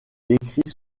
décrit